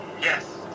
Yes